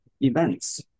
events